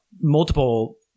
multiple